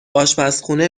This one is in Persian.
آشپزخونه